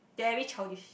very childish